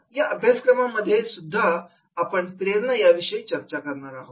या अभ्यासक्रमामध्ये आपण प्रेरणा या विषयी पण चर्चा करणार आहोत